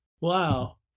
Wow